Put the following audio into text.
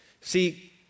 See